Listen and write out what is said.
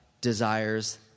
desires